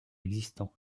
existants